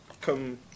come